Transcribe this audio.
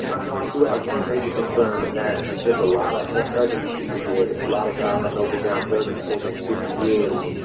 know i do have one major concern and that is a lot of elderly people here. that's a lot of guys i know been down thirty, forty and fifty years.